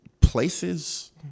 places